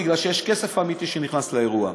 כי יש כסף אמיתי שנכנס לאירוע.